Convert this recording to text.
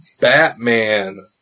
Batman